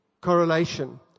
correlation